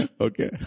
Okay